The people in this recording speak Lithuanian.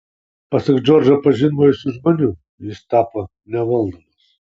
pasak džordžą pažinojusių žmonių jis tapo nevaldomas